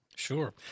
Sure